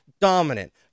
dominant